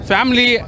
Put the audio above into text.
Family